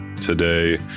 today